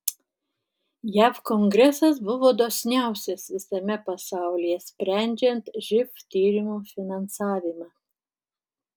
jav kongresas buvo dosniausias visame pasaulyje sprendžiant živ tyrimų finansavimą